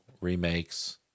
remakes